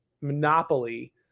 monopoly